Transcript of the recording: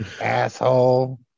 Asshole